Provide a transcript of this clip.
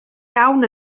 iawn